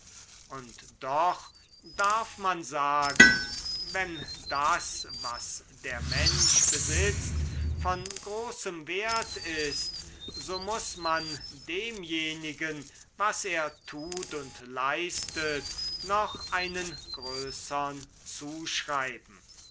und doch darf man sagen wenn das was der mensch besitzt von großem wert ist so muß man demjenigen was er tut und leistet noch einen größern zuschreiben